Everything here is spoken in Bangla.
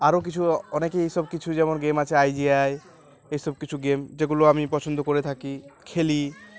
আরও কিছু অনেকে এইসব কিছু যেমন গেম আছে আইজিআই এইসব কিছু গেম যেগুলো আমি পছন্দ করে থাকি খেলি